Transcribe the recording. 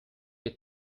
your